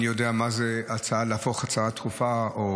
אני יודע מה זה להפוך הצעה דחופה או